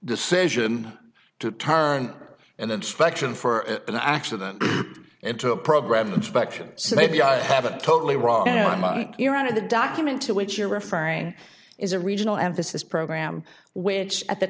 decision to turn and inspection for the accident it to a program inspection so maybe i have a totally wrong you're out of the document to which you're referring is a regional emphasis program which at the